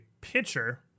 pitcher